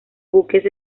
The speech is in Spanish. buques